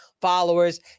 followers